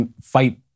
fight